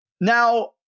Now